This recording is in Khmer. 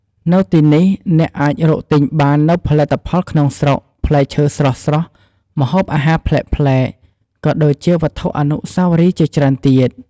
នៅទីនេះ អ្នកអាចរកទិញបាននូវផលិតផលក្នុងស្រុក ផ្លែឈើស្រស់ៗ ម្ហូបអាហារប្លែកៗ ក៏ដូចជាវត្ថុអនុស្សាវរីយ៍ជាច្រើនទៀត។